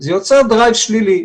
זה יוצר דרייב שלילי,